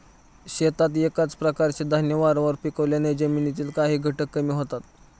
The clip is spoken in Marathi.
शेतात एकाच प्रकारचे धान्य वारंवार पिकवल्याने जमिनीतील काही घटक कमी होतात